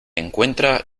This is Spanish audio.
encuentra